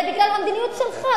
זה בגלל המדיניות שלך,